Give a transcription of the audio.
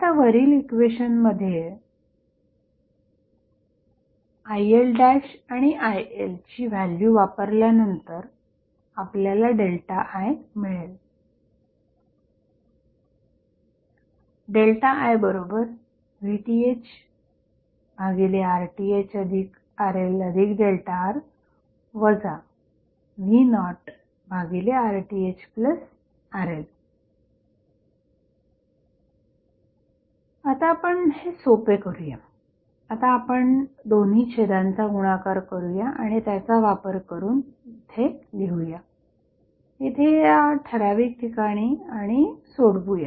आता वरील इक्वेशनमध्ये ILआणि ILची व्हॅल्यू वापरल्यानंतर आपल्याला I मिळेल IVThRThRLR V0RThRL आता आपण हे सोपे करूया आता आपण दोन्ही छेदांचा गुणाकार करूया आणि त्याचा वापर करून येथे लिहूया येथे या ठराविक ठिकाणी आणि सोडवूया